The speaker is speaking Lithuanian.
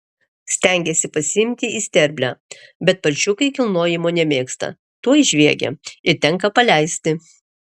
stengiasi pasiimti į sterblę bet paršiukai kilnojimo nemėgsta tuoj žviegia ir tenka paleisti